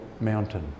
mountain